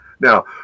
Now